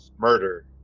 murder